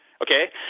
Okay